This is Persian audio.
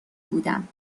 بودم